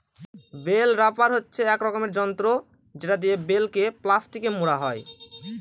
bell wrapper হচ্ছে এক রকমের যন্ত্র যেটা দিয়ে বেল কে প্লাস্টিকে মোড়া হয়